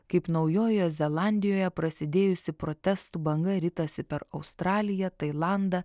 kaip naujojoje zelandijoje prasidėjusi protestų banga ritasi per australiją tailandą